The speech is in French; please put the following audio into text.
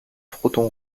fronton